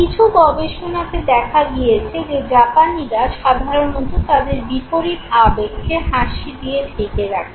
কিছু গবেষণাতে দেখা গিয়েছে যে জাপানীরা সাধারণত তাদের বিপরীত আবেগকে হাসি দিয়ে ঢেকে রাখেন